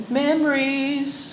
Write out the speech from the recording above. memories